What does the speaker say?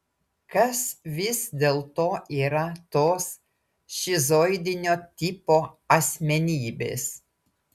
kas vis dėlto yra tos šizoidinio tipo asmenybės